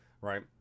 right